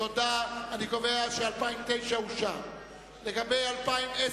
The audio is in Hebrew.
לשנת 2009, נתקבל.